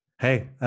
Hey